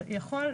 שיכול,